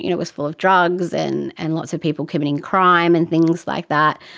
you know was full of drugs and and lots of people committing crime and things like that.